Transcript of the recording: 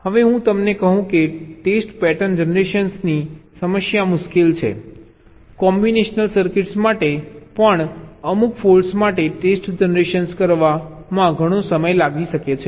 હવે હું તમને કહું કે ટેસ્ટ પેટર્ન જનરેશનની સમસ્યા મુશ્કેલ છે કોમ્બિનેશનલ સર્કિટ્સ માટે પણ અમુક ફોલ્ટ્સ માટે ટેસ્ટ જનરેશન કરવામાં ઘણો સમય લાગી શકે છે